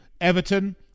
Everton